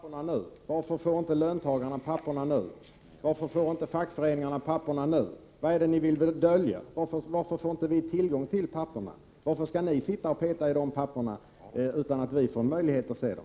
Fru talman! Varför får vi inte papperen nu? Varför får inte löntagarna och fackföreningarna papperen nu? Vad är det ni vill dölja? Varför skall ni sitta och peta i de papperen utan att vi får en möjlighet att se dem?